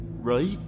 Right